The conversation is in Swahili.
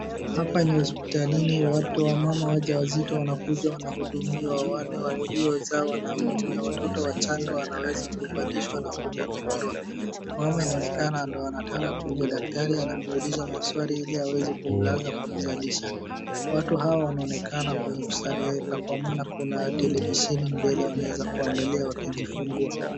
Hapa ni hosipitalini, watu wamama wajawazito wanakuja wanahudumiwa. Wale waliozaa wanahudumiwa, watoto wachanga wanaweza kuvalishwa na kuhudumiwa. Mama inaonekana ndo anataka kujaa, daktari anamuuliza maswali ali aweze kumlaza ,kumzalisha. Watu hawa wanaonekana kwenye kustareheka kwa maana kuna televisheni mbele wanaweza kuangalia wakijifungua.